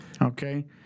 okay